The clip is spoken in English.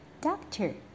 Doctor